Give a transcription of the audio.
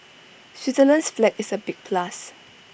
Switzerland's flag is A big plus